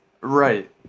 Right